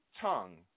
tongue